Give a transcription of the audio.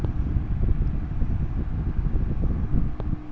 Credit card এ কি মাসে মাসে বিল দেওয়ার লাগে?